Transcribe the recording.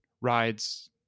rides